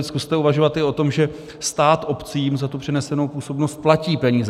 Zkuste uvažovat i o tom, že stát obcím za tu přenesenou působnost platí peníze.